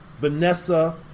Vanessa